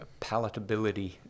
palatability